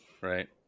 Right